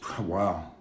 Wow